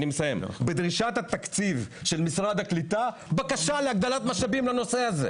בדרישת התקציב של משרד הקליטה בקשה להגדלת משאבים לנושא הזה.